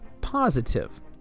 positive